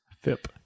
FIP